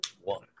one